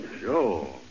Sure